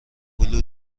هلو